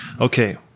Okay